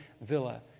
Villa